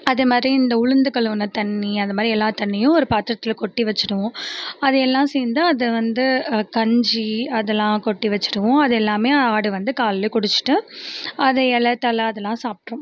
அது மாதிரி இந்த உளுந்து கழுவுன தண்ணி அந்த மாதிரி எல்லா தண்ணியும் ஒரு பாத்திரத்துல கொட்டி வைச்சுடுவோம் அது எல்லாம் சேர்ந்து வந்து கஞ்சி அதை எல்லாம் கொட்டி வைச்சுடுவோம் அது எல்லாமே ஆடு வந்து காலையில் குடித்திட்டு அது இலை தலை அது எல்லாம் சாப்பிட்ரும்